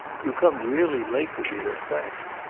you come really late with your request.